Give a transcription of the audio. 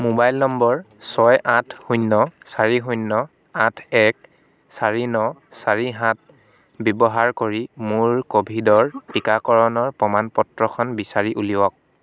mobile নম্বৰ ছয় আঠ শূন্য় চাৰি শূন্য় আঠ এক চাৰি ন চাৰি সাত ব্যৱহাৰ কৰি মোৰ ক'ভিডৰ টিকাকৰণৰ প্ৰমাণ পত্ৰখন বিচাৰি উলিয়াওক